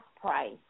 price